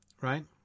right